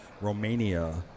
Romania